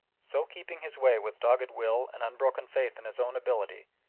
so keeping his way with dogged will and unbroken faith in his own ability,